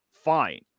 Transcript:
fine